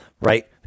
right